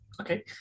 Okay